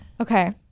okay